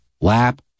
Lap